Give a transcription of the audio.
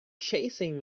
chasing